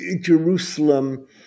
Jerusalem